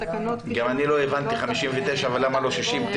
בתקנות --- גם אני לא הבנתי את 59. אבל למה לא 60?